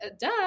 duh